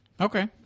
okay